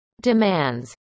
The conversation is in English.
demands